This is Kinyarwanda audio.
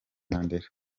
mandela